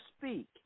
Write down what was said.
speak